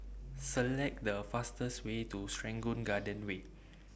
Select The fastest Way to Serangoon Garden Way